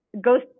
goes